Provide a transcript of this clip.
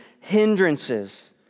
hindrances